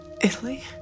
Italy